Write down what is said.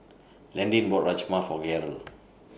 Landin bought Rajma For Gaylord